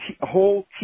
whole